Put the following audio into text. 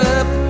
up